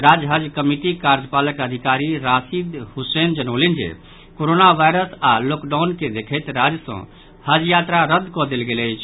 राज्य हज कमिटीक कार्यपालक अधिकारी राशिद हुसैन जनौलनि जे कोरोना वायरस आओर लॉकडाउन के देखैत राज्य सॅ हज यात्रा रद्द कऽ देल गेल अछि